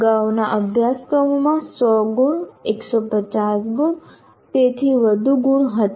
અગાઉના અભ્યાસક્રમોમાં 100 ગુણ 150 ગુણ અને તેથી વધુ ગુણ હતા